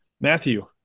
Matthew